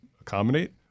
accommodate